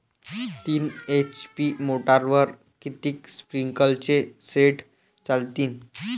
तीन एच.पी मोटरवर किती स्प्रिंकलरचे सेट चालतीन?